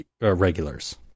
regulars